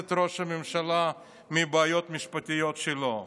את ראש הממשלה מהבעיות המשפטיות שלו.